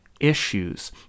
issues